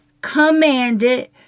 commanded